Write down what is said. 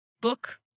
book